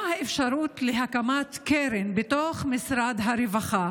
מה האפשרות להקמת קרן בתוך משרד הרווחה